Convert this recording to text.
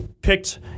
picked